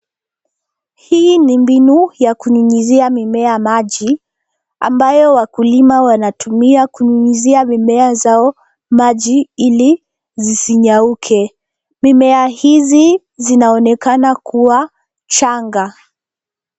Hii ni mbinu ya kunyunyuzia mimea maji ambayo wakulima wanatumia kunyunyizia mimea zao maji ili zisinyauke. Mimea hizi zinaonekana kuwa changa.